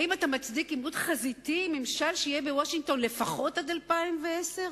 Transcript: האם אתה מצדיק עימות חזיתי עם ממשל שיהיה בוושינגטון לפחות עד 2012?